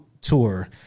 tour